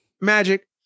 Magic